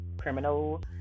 criminal